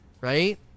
right